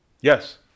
Yes